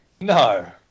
No